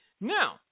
Now